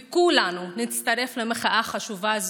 וכולנו נצטרף למחאה חשובה זו.